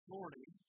Morning